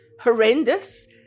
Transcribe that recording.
horrendous